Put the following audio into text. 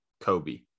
Kobe